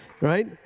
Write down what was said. Right